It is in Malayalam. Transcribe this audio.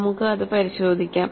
നമുക്ക് അത് പരിശോധിക്കാം